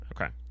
Okay